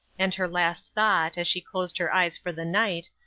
and her last thought, as she closed her eyes for the night,